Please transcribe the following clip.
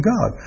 God